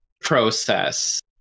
process